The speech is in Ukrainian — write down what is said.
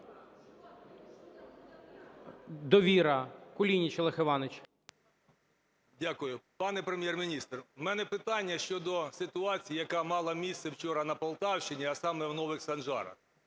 "Довіра", Кулініч Олег Іванович. 10:40:11 КУЛІНІЧ О.І. Дякую. Пане Прем'єр-міністр, у мене питання щодо ситуації, яка мала місце вчора на Полтавщині, а саме в Нових Санжарах.